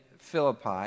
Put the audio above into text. Philippi